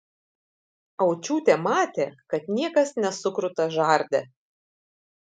aučiūtė matė kad niekas nesukruta žarde